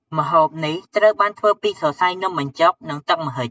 ម្ហូបនេះត្រូវបានធ្វើពីសរសៃនំបញ្ចុក និងទឹកម្ហិច។